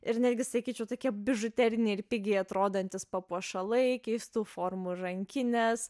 ir netgi sakyčiau tokie bižuteriniai ir pigiai atrodantys papuošalai keistų formų rankinės